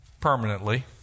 permanently